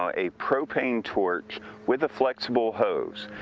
ah a propane torch with a flexible hose.